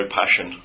passion